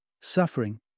Suffering